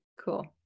Cool